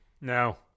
No